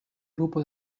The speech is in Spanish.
grupo